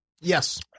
Yes